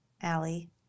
Allie